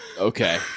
Okay